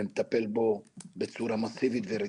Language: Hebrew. ואתה מטפל בו בצורה מסיבית ורצינית.